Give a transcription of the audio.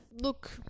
Look